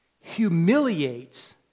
humiliates